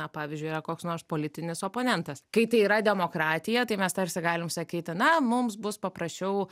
na pavyzdžiui yra koks nors politinis oponentas kai tai yra demokratija tai mes tarsi galim sakyti na mums bus paprasčiau